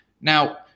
Now